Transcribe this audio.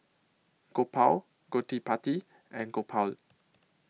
Gopal Gottipati and Gopal